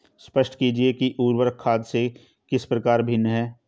स्पष्ट कीजिए कि उर्वरक खाद से किस प्रकार भिन्न है?